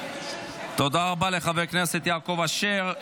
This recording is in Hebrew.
תודה רבה לחבר הכנסת יעקב אשר.